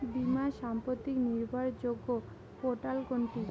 বীমা সম্পর্কিত নির্ভরযোগ্য পোর্টাল কোনটি?